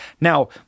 Now